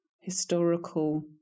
historical